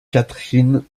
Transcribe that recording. catherine